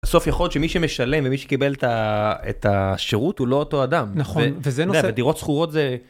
בסוף יכול להיות שמי שמשלם ומי שקיבל את השירות הוא לא אותו אדם. נכון, וזה נושא.. אתה יודע, בדירות שכורות זה.